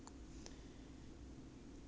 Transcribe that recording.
哪里有这样久 that time with